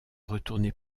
retourner